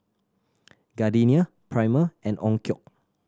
Gardenia Prima and Onkyo